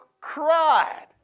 Cried